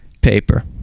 paper